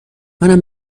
منم